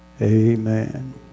Amen